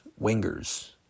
wingers